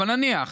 אבל נניח,